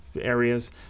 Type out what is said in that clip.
areas